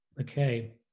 Okay